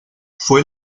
fue